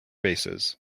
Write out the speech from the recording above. bases